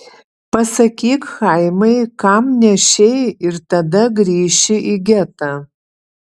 pasakyk chaimai kam nešei ir tada grįši į getą